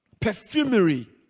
perfumery